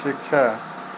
शिक्षा